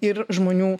ir žmonių